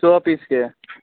सए पीसके